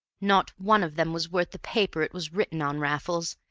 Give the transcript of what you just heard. not one of them was worth the paper it was written on, raffles.